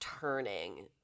turning